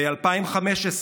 ב-2015,